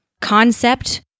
concept